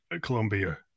Colombia